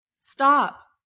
Stop